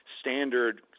standard